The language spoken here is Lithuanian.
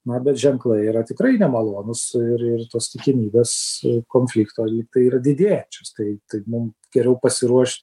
na bet ženklai yra tikrai nemalonūs ir ir tos tikimybės konflikto lyg tai yra didėjančios tai tai mum geriau pasiruošt